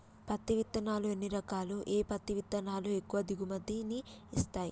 పత్తి విత్తనాలు ఎన్ని రకాలు, ఏ పత్తి విత్తనాలు ఎక్కువ దిగుమతి ని ఇస్తాయి?